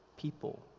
people